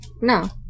No